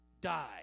die